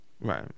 Right